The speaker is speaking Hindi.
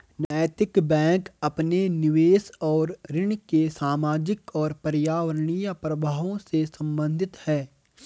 नैतिक बैंक अपने निवेश और ऋण के सामाजिक और पर्यावरणीय प्रभावों से संबंधित है